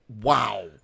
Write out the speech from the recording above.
Wow